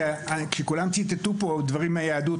כולם ציטטו פה דברים מהיהדות,